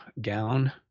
gown